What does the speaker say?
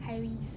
harry